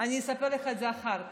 אני אספר לך את זה אחר כך.